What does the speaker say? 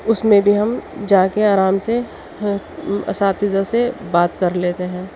اس میں بھی ہم جا کے آرام سے اساتذہ سے بات کر لیتے ہیں